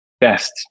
best